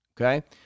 Okay